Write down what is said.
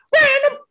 Random